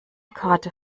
karte